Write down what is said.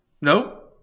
no